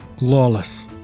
lawless